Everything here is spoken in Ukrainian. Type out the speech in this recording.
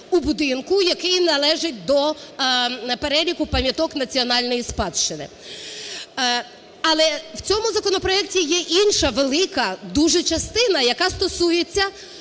у будинку, який належить до переліку пам'яток національної спадщини. Але в цьому законопроекті є інша велика дуже частина, яка стосується